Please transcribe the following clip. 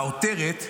העותרת,